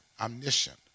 omniscient